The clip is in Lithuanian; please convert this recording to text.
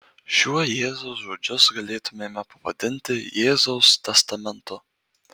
šiuo jėzaus žodžius galėtumėme pavadinti jėzaus testamentu